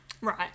Right